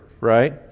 right